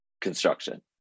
construction